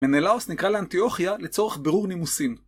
מנלאוס נקרא לאנטיוכיה לצורך ברור נימוסים.